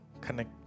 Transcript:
connect